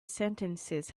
sentences